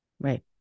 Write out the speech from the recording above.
Right